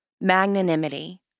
magnanimity